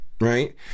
Right